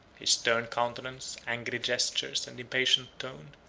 his stern countenance, angry gestures, and impatient tone,